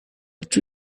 but